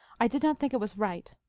i did not think it was right.